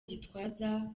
gitwaza